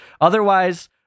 Otherwise